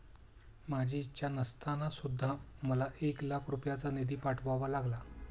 माझी इच्छा नसताना सुद्धा मला एक लाख रुपयांचा निधी पाठवावा लागला